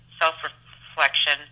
self-reflection